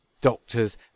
Doctor's